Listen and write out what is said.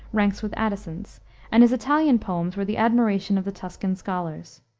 ranks with addison's and his italian poems were the admiration of the tuscan scholars.